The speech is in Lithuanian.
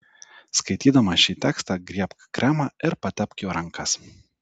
skaitydama šį tekstą griebk kremą ir patepk juo rankas